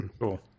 Cool